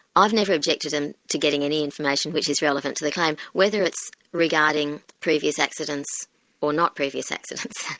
i've never objected and to getting any information which is relevant to the claim, whether it's regarding previous accidents or not previous accidents,